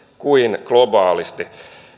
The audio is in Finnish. kuin globaalisti